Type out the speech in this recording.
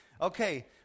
Okay